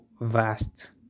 vast